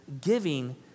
giving